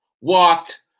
walked